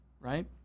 Right